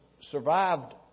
survived